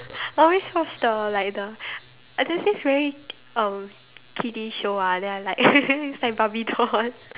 I always watch the like the uh there's this very uh kiddie show ah then I like it's like Barbie doll one